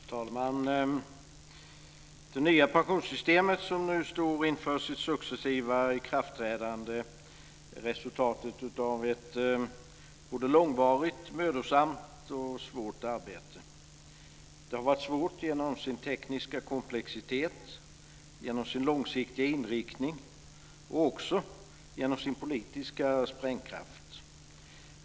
Fru talman! Det nya pensionssystemet, som nu står inför sitt successiva ikraftträdande, är resultatet av ett långvarigt, mödosamt och svårt arbete. Det har varit svårt genom sin tekniska komplexitet, genom sin långsiktiga inriktning och genom sin politiska sprängkraft.